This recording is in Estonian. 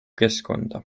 keskkonda